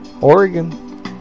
Oregon